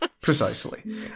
precisely